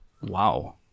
wow